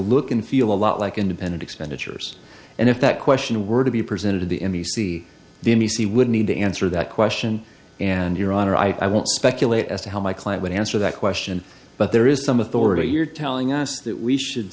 look and feel a lot like independent expenditures and if that question were to be presented to the n b c the m d c would need to answer that question and your honor i won't speculate as to how my client would answer that question but there is some authority you're telling us that we should